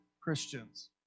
Christians